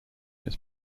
its